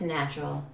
natural